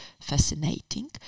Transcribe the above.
fascinating